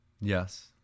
yes